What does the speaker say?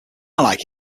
like